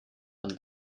von